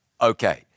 okay